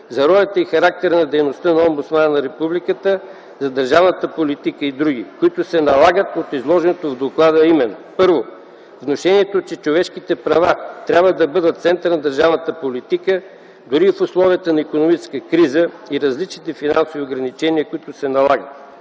за ролята и характера на дейността на Омбудсмана на Републиката за държавната политика и други, които се налагат от изложеното в доклада, а именно: Първо, внушението, че човешките права трябва да бъдат центърът на държавната политика, дори в условията на икономическа криза, и различните финансови ограничения, които се налагат.